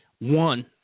one